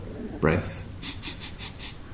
breath